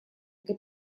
для